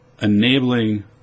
enabling